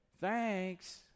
Thanks